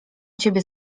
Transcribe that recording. ciebie